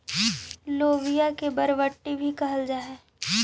लोबिया के बरबट्टी भी कहल जा हई